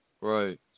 Right